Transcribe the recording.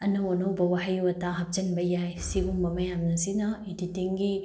ꯑꯅꯧ ꯑꯅꯧꯕ ꯋꯥꯍꯩ ꯋꯥꯇꯥ ꯍꯥꯞꯆꯤꯟꯕ ꯌꯥꯏ ꯁꯤꯒꯨꯝꯕ ꯃꯌꯥꯝ ꯑꯁꯤꯅ ꯏꯗꯤꯇꯤꯡꯒꯤ